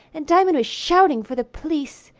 and diamond was shouting for the police,